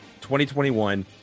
2021